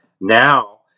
Now